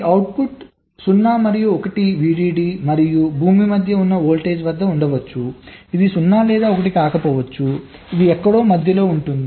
ఈ అవుట్పుట్ 0 మరియు 1 VDD మరియు భూమి మధ్య ఉన్న వోల్టేజ్ వద్ద ఉండవచ్చు ఇది 0 లేదా 1 కాకపోవచ్చు ఇది ఎక్కడో మధ్యలో ఉంటుంది